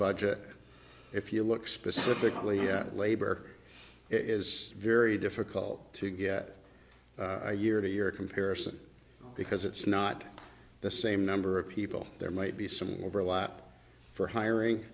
budget if you look specifically at labor it is very difficult to get a year to year comparison because it's not the same number of people there might be some overlap for hiring